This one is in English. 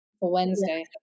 Wednesday